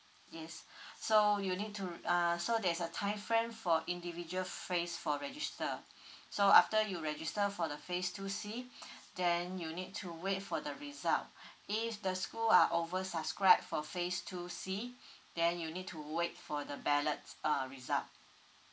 yes so you need to ah so there's a time frame for individual phrase for register so after you register for the phase two C then you need to wait for the result if the school are oversubscribed for phase two C then you need to wait for the ballot's uh result